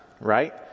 right